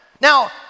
Now